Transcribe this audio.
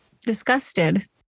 disgusted